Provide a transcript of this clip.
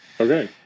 okay